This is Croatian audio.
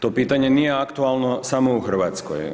To pitanje nije aktualno samo u Hrvatskoj.